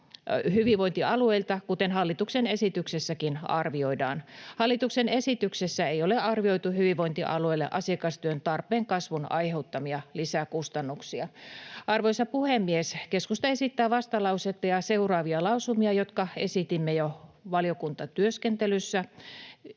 hyvinvointialueilta, kuten hallituksen esityksessäkin arvioidaan. Hallituksen esityksessä ei ole arvioitu hyvinvointialueille asiakastyön tarpeen kasvun aiheuttamia lisäkustannuksia. Arvoisa puhemies! Keskusta esittää vastalausetta ja seuraavia lausumia, jotka esitimme jo valiokuntatyöskentelyssä: